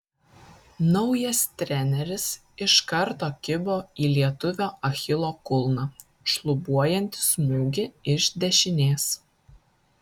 naujas treneris iš karto kibo į lietuvio achilo kulną šlubuojantį smūgį iš dešinės